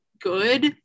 good